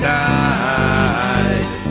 died